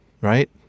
right